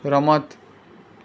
રમત